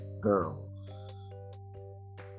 girls